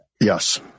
Yes